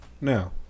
now